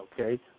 okay